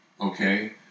okay